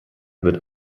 wird